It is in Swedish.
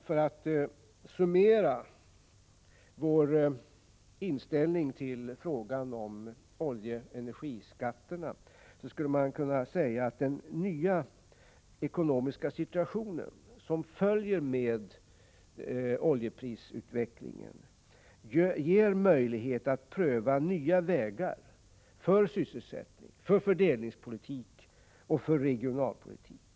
För att summera centerns inställning till oljeskatten och övriga energiskatter, skulle man kunna säga att den nya ekonomiska situation som följer med oljeprisutvecklingen ger oss möjlighet att pröva nya vägar för sysselsättnings-, fördelningsoch regionalpolitik.